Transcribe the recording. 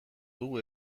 dugu